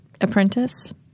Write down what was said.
Apprentice